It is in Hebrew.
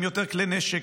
עם יותר כלי נשק,